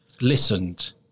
listened